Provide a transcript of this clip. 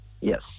Yes